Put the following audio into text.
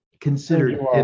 considered